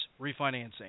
refinancing